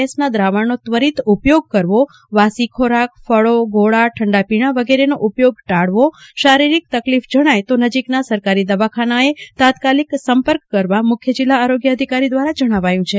એસના દ્રાવણનો ત્વરિત ઉપયોગ કરવો વાસી ખોરાક ફળો ગોલા ઠંડાપીણા વગેરેનો ઉપયોગ શારીરીક તકલીફ જણાય તો નજીકના સરકારી દવાખાનાઓનો તાત્કાલિક સંપર્ક કરવા મુખ્ય જિલ્લા ઓરગ્ય અધિકારી દ્વારા જણાવાયું છે